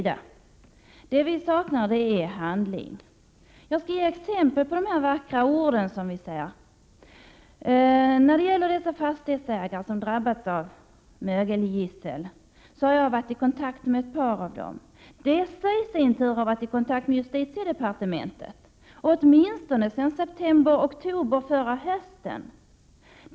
Det som saknas är handling. Jag skall ge exempel på de här vackra orden. Jag har varit i kontakt med ett par av de fastighetsägare som har drabbats av mögelgisslet. Dessa har i sin tur varit i kontakt med justitiedepartementet, åtminstone sedan september—oktober förra hösten.